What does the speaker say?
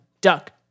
duck